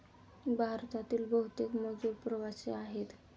भारतातील बहुतेक मजूर प्रवासी आहेत